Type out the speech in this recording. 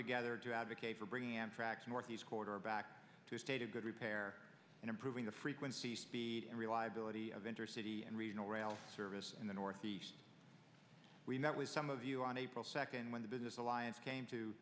together to advocate for bringing amtrak's northeast corridor back to state a good repair and improving the frequency speed and reliability of intercity and regional rail service in the northeast we met with some of you on april second when the business alliance came